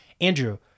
Andrew